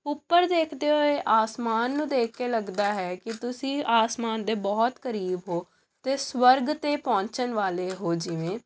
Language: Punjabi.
ਉੱਪਰ ਦੇਖਦੇ ਹੋਏ ਆਸਮਾਨ ਨੂੰ ਦੇਖ ਕੇ ਲੱਗਦਾ ਹੈ ਕਿ ਤੁਸੀਂ ਆਸਮਾਨ ਦੇ ਬਹੁਤ ਕਰੀਬ ਹੋ ਅਤੇ ਸਵਰਗ 'ਤੇ ਪਹੁੰਚਣ ਵਾਲੇ ਹੋ ਜਿਵੇਂ